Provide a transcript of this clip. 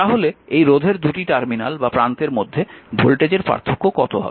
তাহলে এই রোধের দুই টার্মিনাল বা প্রান্তের মধ্যে ভোল্টেজের পার্থক্য কত হবে